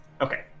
Okay